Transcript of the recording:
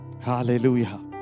Hallelujah